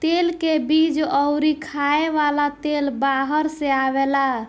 तेल के बीज अउरी खाए वाला तेल बाहर से आवेला